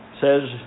says